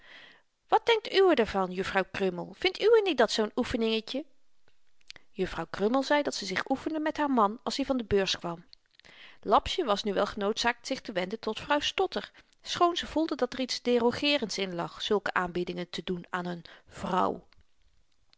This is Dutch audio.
wat denkt uwe d'r dan van juffrouw krummel vindt uwe niet dat zoo'n oefeningetje juffrouw krummel zei dat ze zich oefende met haar man als i van de beurs kwam lapsje was nu wel genoodzaakt zich te wenden tot vrouw stotter schoon ze voelde dat er iets derogeerends in lag zulke aanbiedingen te doen aan n vrouw